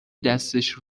دستش